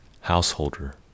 householder